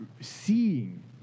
seeing